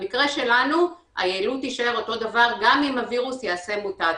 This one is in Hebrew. במקרה שלנו היעילות תישאר אותו דבר גם אם הווירוס יעשה מוטציות.